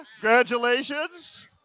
Congratulations